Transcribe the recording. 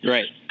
Right